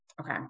okay